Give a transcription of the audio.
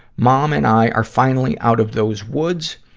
mom and i are finally out of those woods.